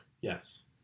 Yes